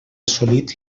assolit